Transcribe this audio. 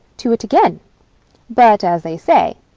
to't again but, as they say,